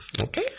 Okay